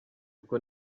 uku